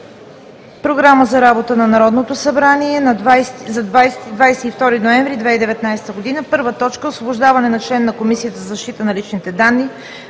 Програмата за работа на Народното събрание за 20 – 22 ноември 2019 г.: „1. Освобождаване на член на Комисията за защита на личните данни.